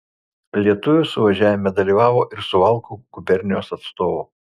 lietuvių suvažiavime dalyvavo ir suvalkų gubernijos atstovų